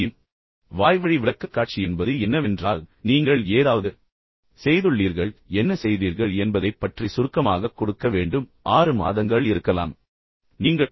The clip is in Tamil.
எனவே வாய்வழி விளக்கக்காட்சி என்பது என்னவென்றால் நீங்கள் ஏதாவது செய்துள்ளீர்கள் பின்னர் நீங்கள் என்ன செய்தீர்கள் என்பதைப் பற்றி சுருக்கமாகக் கொடுக்க வேண்டும் 6 மாதங்கள் இருக்கலாம் நீங்கள் பி